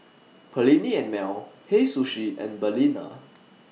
Perllini and Mel Hei Sushi and Balina